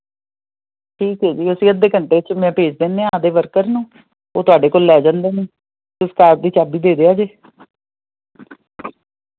ਠੀਕ ਹੈ ਜੀ ਅਸੀਂ ਅੱਧੇ ਘੰਟੇ 'ਚ ਮੈਂ ਭੇਜ ਦਿੰਦੇ ਆਪਦੇ ਵਰਕਰ ਨੂੰ ਉਹ ਤੁਹਾਡੇ ਕੋਲ ਲੈ ਜਾਂਦੇ ਨੇ ਤੁਸੀਂ ਕਾਰ ਦੀ ਚਾਬੀ ਦੇ ਦਿਓ ਜੇ